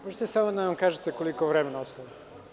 Možete li samo da nam kažete koliko je vremena ostalo?